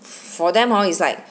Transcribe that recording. for them hor know is like